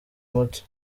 muto